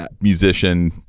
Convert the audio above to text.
musician